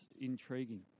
intriguing